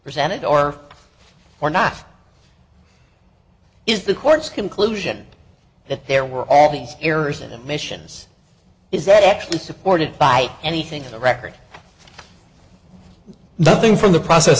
presented or or not is the court's conclusion that there were all these errors and omissions is that actually supported by anything the record nothing from the process